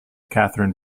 katherine